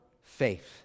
faith